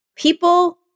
People